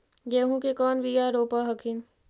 गेहूं के कौन बियाह रोप हखिन?